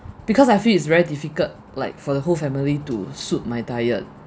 because I feel it's very difficult like for the whole family to suit my diet